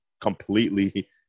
completely